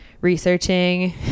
researching